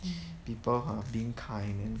people are being kind and